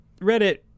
Reddit